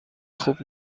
خوب